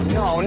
no